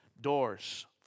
Doors